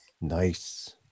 Nice